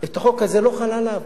החוק הזה לא חל עליו.